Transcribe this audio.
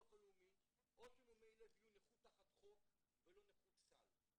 לאומי או שמומי לב יהיו נכות תחת חוק ולא נכות סל.